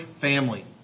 family